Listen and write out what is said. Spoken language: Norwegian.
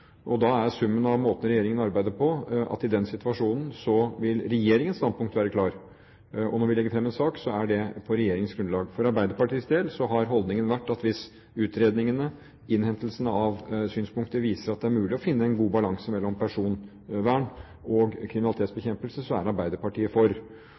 Da er summen av måten regjeringen arbeider på, at i den situasjonen vil regjeringens standpunkt være klart. Når vi legger fram en sak, er det på regjeringens grunnlag. For Arbeiderpartiets del har holdningen vært at hvis utredningene, innhentingen av synspunkter, viser at det er mulig å finne en god balanse mellom personvern og kriminalitetsbekjempelse, er Arbeiderpartiet for.